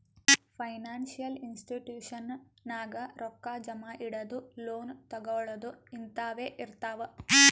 financial institution ನಾಗ್ ರೊಕ್ಕಾ ಜಮಾ ಇಡದು, ಲೋನ್ ತಗೋಳದ್ ಹಿಂತಾವೆ ಇರ್ತಾವ್